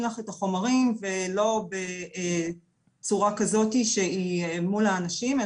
לך את החומרים ולא בצורה כזאתי שהיא אל מול האנשים,